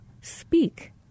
speak